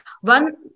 One